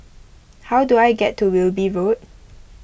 how do I get to Wilby Road